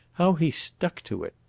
how he stuck to it!